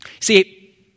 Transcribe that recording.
See